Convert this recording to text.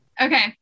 okay